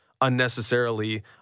unnecessarily